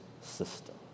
system